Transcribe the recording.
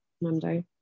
Monday